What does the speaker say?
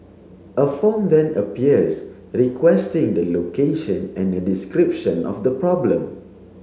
a form then appears requesting the location and a description of the problem